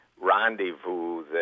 rendezvous